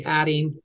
adding